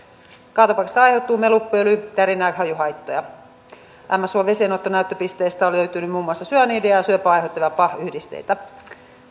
kaatopaikasta aiheutuu melu pöly tärinä ja hajuhaittoja ämmässuon vesien näytteenottopisteestä on löytynyt muun muassa syanidia ja syöpää aiheuttavia pah yhdisteitä